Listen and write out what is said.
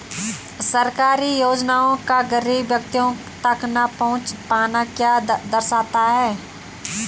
सरकारी योजनाओं का गरीब व्यक्तियों तक न पहुँच पाना क्या दर्शाता है?